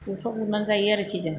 बेफ्राव गुरनानै जायो आरोखि जों